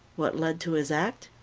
what led to his act?